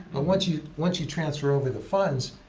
but once you once you transfer over the funds,